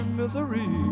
misery